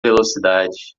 velocidade